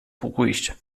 beruhigt